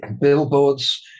billboards